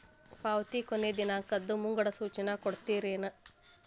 ಪಾವತಿ ಕೊನೆ ದಿನಾಂಕದ್ದು ಮುಂಗಡ ಸೂಚನಾ ಕೊಡ್ತೇರೇನು?